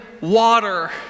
Water